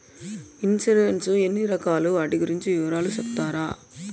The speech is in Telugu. ఇన్సూరెన్సు ఎన్ని రకాలు వాటి గురించి వివరాలు సెప్తారా?